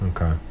Okay